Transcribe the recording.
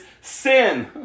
sin